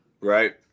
Right